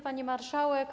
Pani Marszałek!